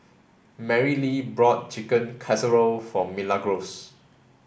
Marylee bought Chicken Casserole for Milagros